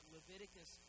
Leviticus